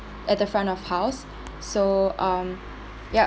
at the front of house so um yup